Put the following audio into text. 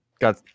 got